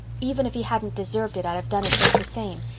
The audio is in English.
even if he hadn't deserved it i'd have done it just the same.